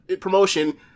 promotion